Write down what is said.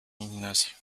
ignacio